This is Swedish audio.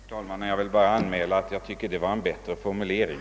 Herr talman! Jag vill bara anmäla att jag tycker det var en bättre formulering.